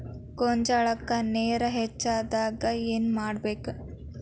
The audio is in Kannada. ಗೊಂಜಾಳಕ್ಕ ನೇರ ಹೆಚ್ಚಾದಾಗ ಏನ್ ಮಾಡಬೇಕ್?